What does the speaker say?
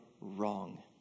wrong